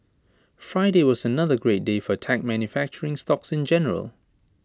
Friday was another great day for tech manufacturing stocks in general